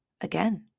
Again